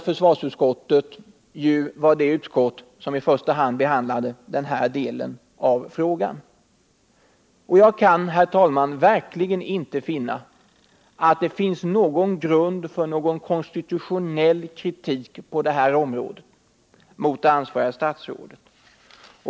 Försvarsutskottet var det utskott som i första hand behandlade denna del av frågan. Jag kan, herr talman, verkligen inte finna att det på detta område finns någon grund för någon konstitutionell kritik mot det ansvariga statsrådet.